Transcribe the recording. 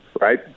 Right